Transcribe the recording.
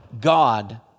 God